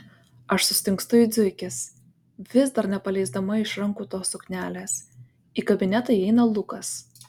aš sustingstu it zuikis vis dar nepaleisdama iš rankų tos suknelės į kabinetą įeina lukas